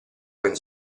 open